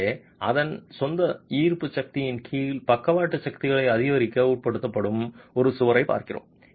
எனவே அதன் சொந்த ஈர்ப்பு சக்தியின் கீழ் பக்கவாட்டு சக்திகளை அதிகரிக்க உட்படுத்தப்படும் ஒரு சுவரைப் பார்க்கிறோம்